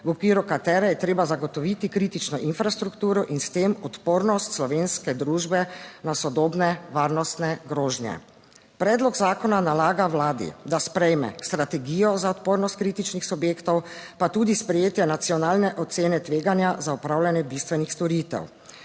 v okviru katere je treba zagotoviti kritično infrastrukturo in s tem odpornost slovenske družbe na sodobne varnostne grožnje. Predlog zakona nalaga vladi, da sprejme strategijo za odpornost kritičnih subjektov pa tudi sprejetje nacionalne ocene tveganja za opravljanje bistvenih storitev.